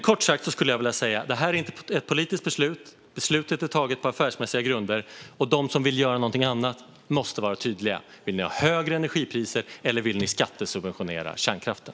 Kort sagt: Det här är inte ett politiskt beslut. Beslutet är fattat på affärsmässiga grunder. De som vill göra någonting annat måste vara tydliga. Vill ni ha högre energipriser eller vill ni skattesubventionera kärnkraften?